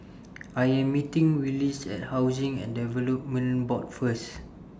I Am meeting Willis At Housing and Development Board First